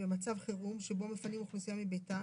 במצב חירום שבו מפנים אוכלוסייה מביתה,